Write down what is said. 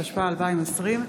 התשפ"א 2020,